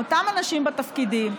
עם אותם אנשים בתפקידים,